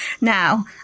now